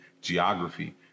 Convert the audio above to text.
geography